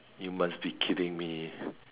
you must be kidding me